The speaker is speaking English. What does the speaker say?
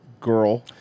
girl